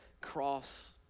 cross